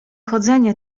chodzenie